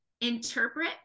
Interpret